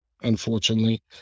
unfortunately